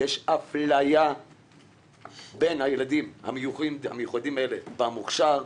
יש אפליה בין הילדים המיוחדים האלה במוכש"ר,